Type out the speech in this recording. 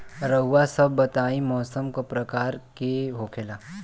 रउआ सभ बताई मौसम क प्रकार के होखेला?